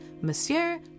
Monsieur